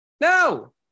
No